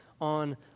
on